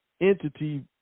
entity